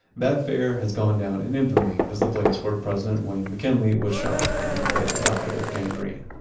that fair has gone down in infamy as the place where president william mckinley was shot and later died of gangrene.